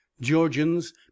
georgians